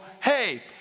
hey